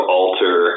alter